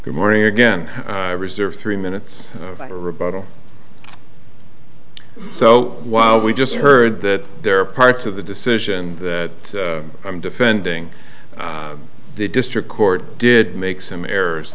good morning again i reserve three minutes or rebuttal so while we just heard that there are parts of the decision that i'm defending the district court did make some errors